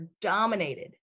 dominated